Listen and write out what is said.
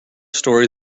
story